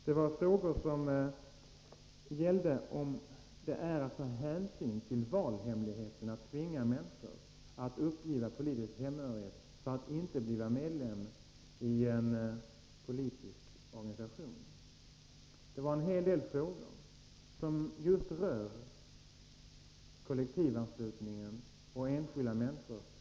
Det var frågor som gällde om det är att ta hänsyn till valhemligheten att tvinga människor att uppge politisk hemmabhörighet för att inte bli medlemmar i en politisk organisation. Det var en hel del frågor som just rör kollektivanslutningen och enskilda människors integritet.